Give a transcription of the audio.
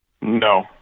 No